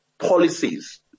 policies